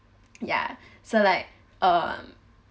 ya so like um